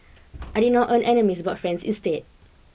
I did not earn enemies but friends instead